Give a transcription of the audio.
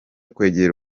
kwegera